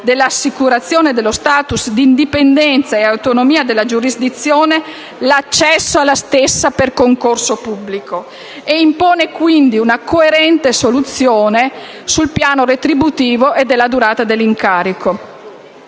dell'assicurazione dello *status* dì indipendenza ed autonomia della giurisdizione, l'accesso alla stessa per concorso pubblico) e impone, quindi, una coerente soluzione sul piano retributivo e della durata dell'incarico.